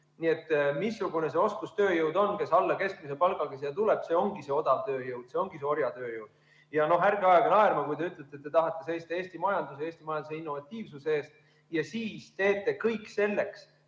Missugune see oskustööjõud on, kes alla keskmise palgaga siia tuleb? See ongi odavtööjõud, see ongi orjatööjõud. Ärge ajage naerma. Kui te ütlete, et tahate seista Eesti majanduse ja Eesti majanduse innovatiivsuse eest, ja siis teete kõik selleks,